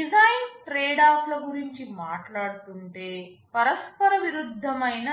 design ట్రేడ్ఆఫ్ల గురించి మాట్లాడుతుంటే పరస్పర విరుద్ధమైన